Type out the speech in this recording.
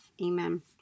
Amen